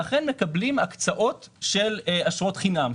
שמקבלים הקצאות של אשרות חינם.